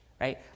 right